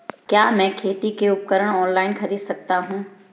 क्या मैं खेती के उपकरण ऑनलाइन खरीद सकता हूँ?